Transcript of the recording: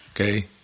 Okay